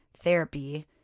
therapy